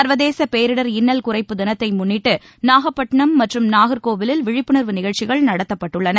சர்வதேசபேரிடர் இன்னல் குறைப்பு தினத்தைமுன்னிட்டுநாகப்பட்டிணம் மற்றும் நாகர்கோயிலில் விழிப்புணர்வு நிகழ்ச்சிகள் நடத்தப்பட்டுள்ளது